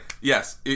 yes